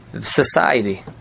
society